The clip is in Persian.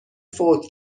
فوت